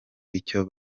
icyo